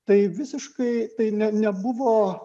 tai visiškai tai ne nebuvo